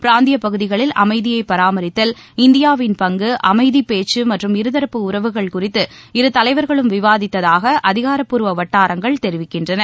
பிராந்தியப் பகுதிகளில் அமைதியை பராமரிப்பதில் இந்தியாவின் பங்கு அமைதி பேச்சு மற்றும் இருதரப்பு உறவுகள் குறித்து இரு தலைவர்களும் விவாதித்ததாக அதிகாரப்பூர்வ வட்டாரங்கள் தெரிவிக்கின்றன